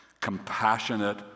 compassionate